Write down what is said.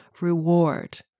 reward